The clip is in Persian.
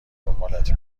دنبالت